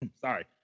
sorry